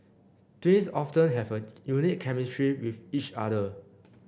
twins often have a unique chemistry with each other